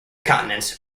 continents